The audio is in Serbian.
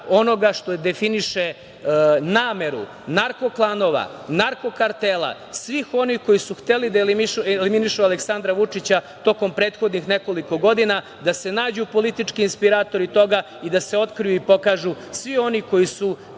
onoga što definiše nameru narkoklanova, narkokartela, svih onih koji su hteli da eliminišu Aleksandra Vučića tokom prethodnih nekoliko godina, da se nađu politički inspiratori toga i da se otkriju i pokažu svi oni koji su